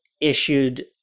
issued